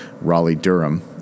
Raleigh-Durham